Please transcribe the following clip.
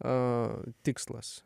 a tikslas